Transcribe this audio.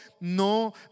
no